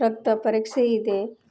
ರಕ್ತ ಪರೀಕ್ಷೆ ಇದೆ